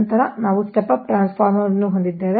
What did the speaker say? ನಂತರ ನಾವು step up transformer ಅನ್ನು ಹೊಂದಿದ್ದೇವೆ